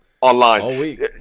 online